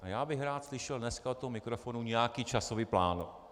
Já bych rád slyšel dneska od mikrofonu nějaký časový plán.